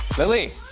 lilly!